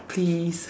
please